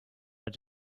but